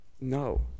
No